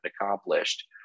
accomplished